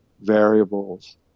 variables